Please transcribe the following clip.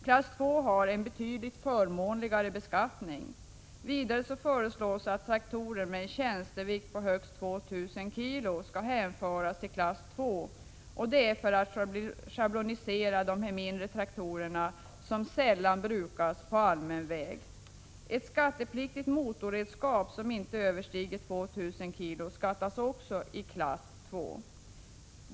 Klass II har en betydligt förmånligare beskattning. Vidare föreslås att traktorer med en tjänstevikt på högst 2 000 kg skall hänföras till klass II, detta för att schablonisera dessa mindre traktorer, som - sällan brukas på allmän väg.